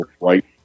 Right